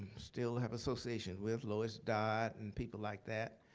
still have association with. lois dodd and people like that.